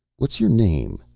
what's your name?